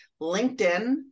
LinkedIn